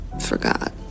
forgot